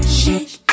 shake